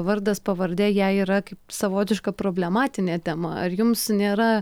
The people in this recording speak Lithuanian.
vardas pavardė jai yra kaip savotiška problematinė tema ar jums nėra